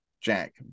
Jack